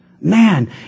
Man